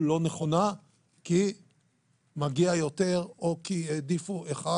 לא נכונה כי מגיע יותר או כי העדיפו אחד